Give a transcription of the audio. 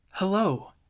Hello